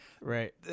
Right